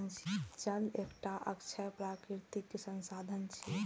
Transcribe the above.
जल एकटा अक्षय प्राकृतिक संसाधन छियै